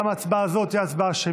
גם ההצבעה הזאת תהיה שמית.